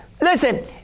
listen